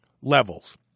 levels